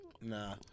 Nah